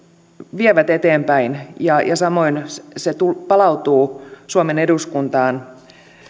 vievät eteenpäin ja ja samoin se asia palautuu suomen eduskuntaan